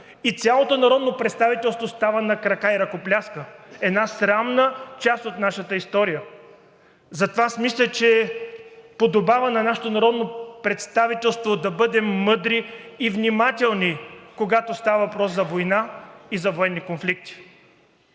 и цялото народно представителство става на крака и ръкопляска – една срамна част от нашата история. Затова мисля, че подобава на нашето народно представителство да бъдем мъдри и внимателни, когато става въпрос за война и за военни конфликти.